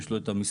יש לו את המספר,